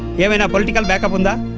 you have any poiiticai backup? and